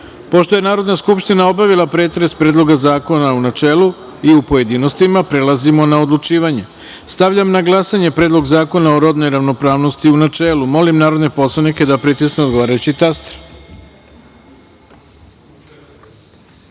68.Pošto je Narodna skupština obavila pretres Predloga zakona, u načelu i u pojedinostima, prelazimo na odlučivanje. Stavljam na glasanje Predlog zakona o rodnoj ravnopravnosti, u načelu. Molim narodne poslanike da pritisnu odgovarajući